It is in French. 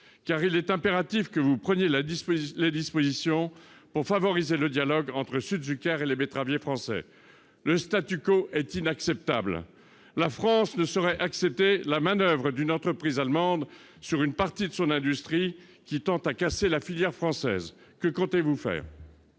! Il est impératif que vous preniez les dispositions nécessaires pour favoriser le dialogue entre Südzucker et les betteraviers français. Le est inacceptable. La France ne saurait accepter une manoeuvre d'une entreprise allemande sur une partie de son industrie qui tend à casser la filière française. Que comptez-vous faire ?